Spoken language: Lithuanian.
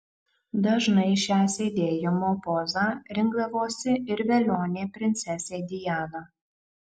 dažnai šią sėdėjimo pozą rinkdavosi ir velionė princesė diana